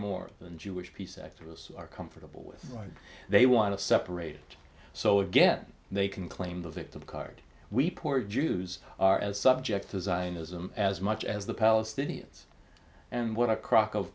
more than jewish peace activists are comfortable with right they want to separate so again they can claim the victim card we poor jews are as subject to zionism as much as the palestinians and what a crock of